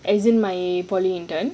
as in my poly intern